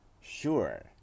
Sure